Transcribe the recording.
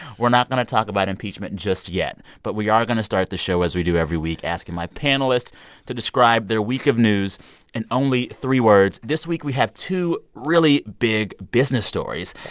we're not going to talk about impeachment just yet, but we are going to start the show, as we do every week, asking my panelists to describe their week of news in only three words. this week, we have two really big business stories,